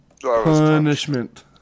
Punishment